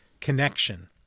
connection